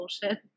bullshit